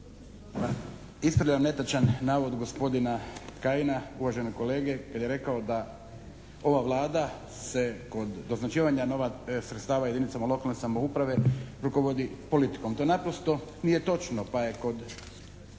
ispravljam netočan navod gospodina Kajina uvažene kolege kad je rekao da ova Vlada se kod doznačivanja sredstava jedinicama lokalne samouprave rukovodi politikom. To naprosto nije točno pa je kod